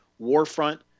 Warfront